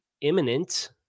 imminent